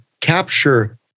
capture